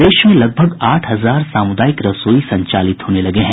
प्रदेश में लगभग आठ हजार सामुदायिक रसोई संचालित होने लगे हैं